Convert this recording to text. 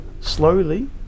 slowly